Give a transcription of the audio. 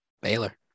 baylor